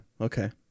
Okay